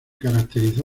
caracterizó